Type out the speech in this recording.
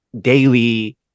daily